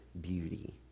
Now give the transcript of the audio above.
beauty